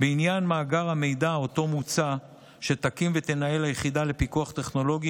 בעניין מאגר המידע שאותו מוצע שתקים ותנהל היחידה לפיקוח טכנולוגי,